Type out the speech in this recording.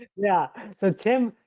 yeah, so tim,